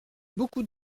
beaucoup